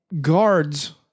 guards